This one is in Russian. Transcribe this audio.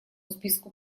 списку